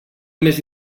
més